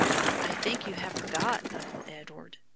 i think you have forgot, uncle edward.